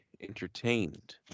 entertained